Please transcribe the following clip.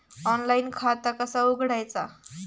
Online खाता कसा उघडायचा?